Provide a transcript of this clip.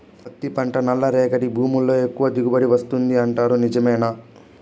పత్తి పంట నల్లరేగడి భూముల్లో ఎక్కువగా దిగుబడి వస్తుంది అంటారు నిజమేనా